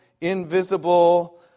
invisible